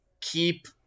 keep